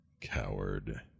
Coward